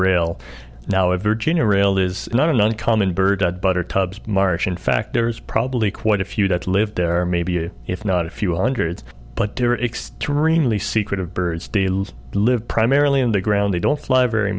rail now of virginia rail is not uncommon bird but are tubs march in fact there is probably quite a few that live there maybe you if not a few hundreds but deer extremely secretive birds deals live primarily on the ground they don't fly very